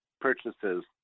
purchases